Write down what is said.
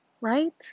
right